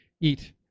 eat